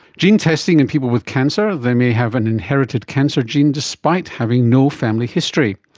gene testing in people with cancer, they may have an inherited cancer gene despite having no family history.